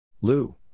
Lou